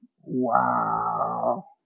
Wow